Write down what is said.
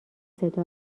صدا